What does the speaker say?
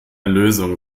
lösung